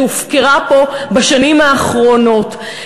שהופקרה פה בשנים האחרונות.